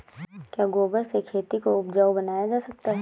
क्या गोबर से खेती को उपजाउ बनाया जा सकता है?